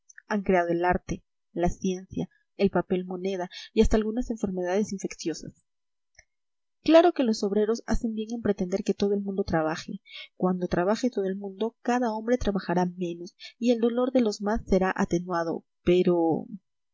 han creado el arte la ciencia el papel moneda y hasta algunas enfermedades infecciosas claro que los obreros hacen bien en pretender que todo el mundo trabaje cuando trabaje todo el mundo cada hombre trabajará menos y el dolor de los más será atenuado pero